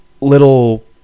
little